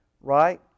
Right